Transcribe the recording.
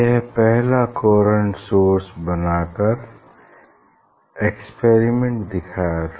यह पहला coherent source बनाकर एक्सपेरिमेंट दिखाया था